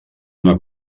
una